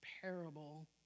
parable